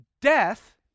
Death